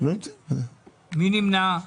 מי נמנע?